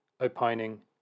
opining